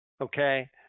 okay